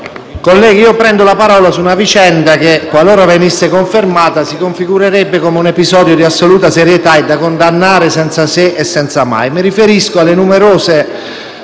colleghi, prendo la parola su una vicenda che, qualora venisse confermata, si configurerebbe come episodio di assoluta serietà e da condannare senza se e senza ma.